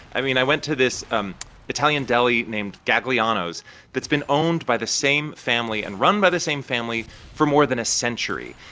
i mean, i went to this um italian deli named gagliano's that's been owned by the same family and run by the same family for more than a century.